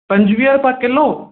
पंजवीह रुपए किलो